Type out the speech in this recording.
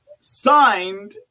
signed